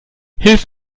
hilf